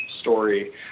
story